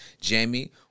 Jamie